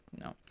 No